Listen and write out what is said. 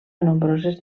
nombroses